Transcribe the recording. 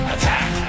Attack